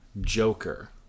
Joker